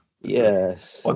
Yes